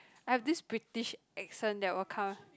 I have this British accent that will come